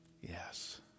Yes